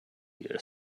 you